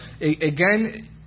again